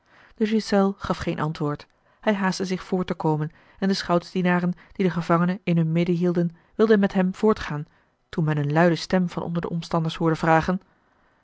de ghiselles gaf geen antwoord hij haastte zich voort te komen en de schoutsdienaren die den gevangene in hun midden hielden wilden met hem voortgaan toen men eene luide stem van onder de omstanders hoorde vragen